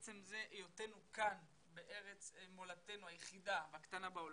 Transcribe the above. עצם היותנו כאן בארץ מולדתנו היחידה והקטנה בעולם,